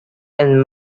and